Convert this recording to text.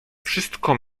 wszystko